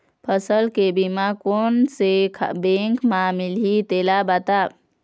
फसल के बीमा कोन से बैंक म मिलही तेला बता?